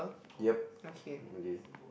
yup okay